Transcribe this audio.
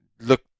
look